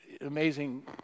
amazing